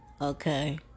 Okay